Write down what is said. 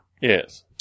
Yes